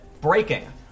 breaking